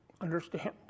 understand